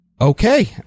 Okay